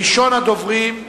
ראשון הדוברים,